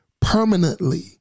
permanently